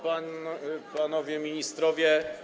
Panowie Ministrowie!